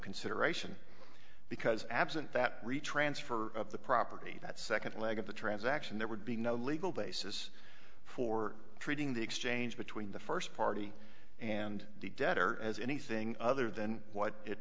consideration because absent that retransfer of the property that second leg of the transaction there would be no legal basis for treating the exchange between the first party and the debtor as anything other than what it